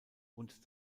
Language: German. und